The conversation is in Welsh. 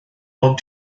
ond